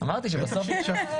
אמרתי שבסוף תצטרף.